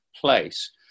place